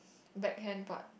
backhand part